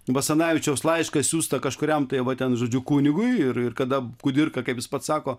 basanavičiaus laišką siųstą kažkuriam tai va ten žodžiu kunigui ir ir kada kudirka kaip jis pats sako